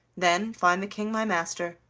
then find the king my master,